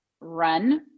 run